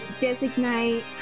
designate